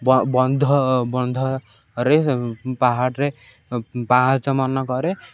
ବନ୍ଧ ବନ୍ଧରେ ପାହାଡ଼ରେ ପାହାଚମାନଙ୍କରେ